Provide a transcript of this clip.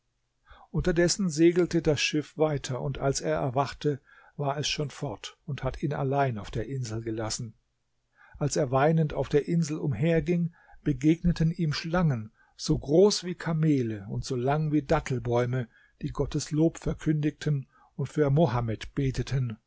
unterdessen segelte das schiff weiter und als er erwachte war es schon fort und hat ihn allein auf der insel gelassen als er weinend auf der insel umherging begegneten ihm schlangen so groß wie kamele und so lang wie dattelbäume die gottes lob verkündigten und für mohammed beteten